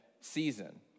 season